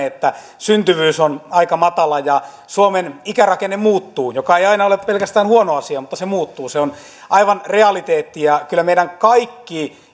että syntyvyys on aika matala ja suomen ikärakenne muuttuu mikä ei aina ole pelkästään huono asia mutta se muuttuu se on aivan realiteetti kyllä meidän kaikki